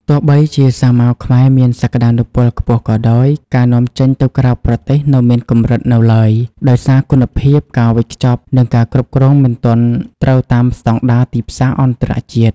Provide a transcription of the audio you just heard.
ទោះបីជាសាវម៉ាវខ្មែរមានសក្ដានុពលខ្ពស់ក៏ដោយ ការនាំចេញទៅក្រៅប្រទេសនៅមានកម្រិតនៅឡើយ ដោយសារគុណភាព ការវេចខ្ចប់ និងការគ្រប់គ្រងមិនទាន់ត្រូវតាមស្តង់ដារទីផ្សារអន្តរជាតិ។